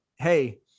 Hey